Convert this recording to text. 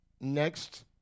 Next